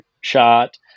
shot